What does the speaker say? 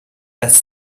dass